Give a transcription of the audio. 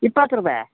ಇಪ್ಪತ್ತು ರೂಪಾಯಿ